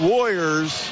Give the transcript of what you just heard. Warriors